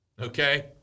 okay